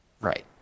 Right